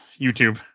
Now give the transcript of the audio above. YouTube